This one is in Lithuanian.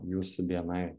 jūsų bni